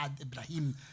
Ibrahim